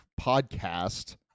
podcast